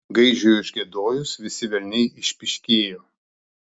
gaidžiui užgiedojus visi velniai išpyškėjo